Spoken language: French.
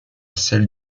celle